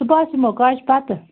صُبَحس یِمو گاشہٕ پَتہٕ